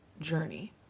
journey